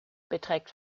beträgt